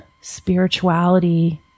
spirituality